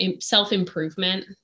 self-improvement